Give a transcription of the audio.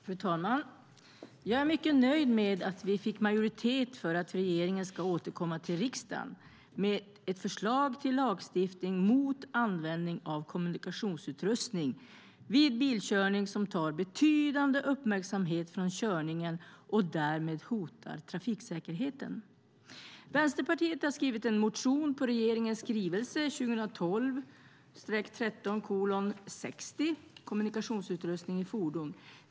Fru talman! Jag är mycket nöjd med att vi fick majoritet för att regeringen ska återkomma till riksdagen med ett förslag till lagstiftning mot användning av kommunikationsutrustning vid bilkörning som tar betydande uppmärksamhet från körningen och därmed hotar trafiksäkerheten. Vänsterpartiet har skrivit en motion på regeringens skrivelse 2012/13:60 Kommunikationsutrustning i fordon .